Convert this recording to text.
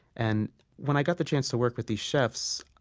and when i got the chance to work with these chefs,